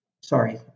Sorry